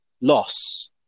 loss